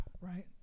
right